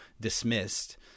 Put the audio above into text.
dismissed